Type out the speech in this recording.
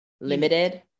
limited